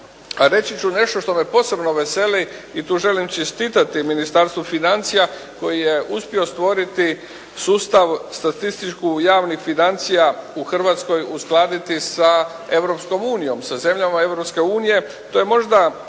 reći ću nešto što me posebno veseli i tu želim čestitati Ministarstvu financija koji je uspio stvoriti sustav statistiku javnih financija u Hrvatskoj uskladiti sa Europskom unijom, sa zemljama Europske unije.